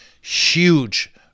huge